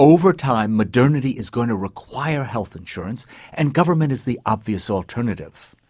over time modernity is going to require health insurance and government is the obvious alternative.